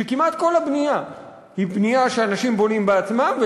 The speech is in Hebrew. שכמעט כל הבנייה בהם היא בנייה שאנשים בונים בעצמם,